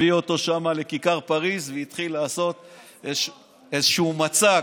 הביא אותם שם לכיכר פריז והתחיל לעשות איזשהו מצג.